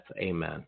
Amen